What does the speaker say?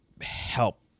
help